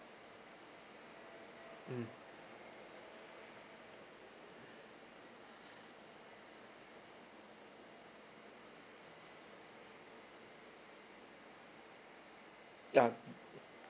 mm ya